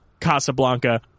Casablanca